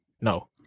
No